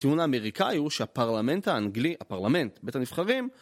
הטיעון האמריקאי הוא שהפרלמנט האנגלי, הפרלמנט, בית הנבחרים